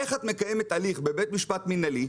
איך את מקיימת הליך בבית משפט מינהלי,